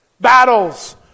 battles